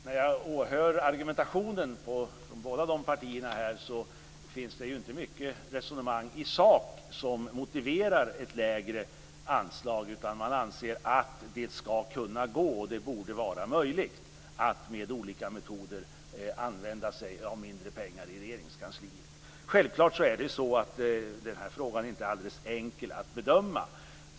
När jag åhör argumentationen från båda dessa partier här finner jag inte mycket av resonemang i sak som motivering för ett lägre anslag. Man säger att "det skall kunna gå" och "det borde vara möjligt" att med olika metoder använda mindre pengar i Regeringskansliet. Självfallet är det inte alldeles enkelt att bedöma den här frågan.